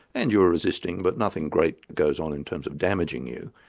and you're resisting, but nothing great goes on in terms of damaging you.